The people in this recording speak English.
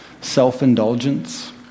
self-indulgence